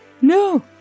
No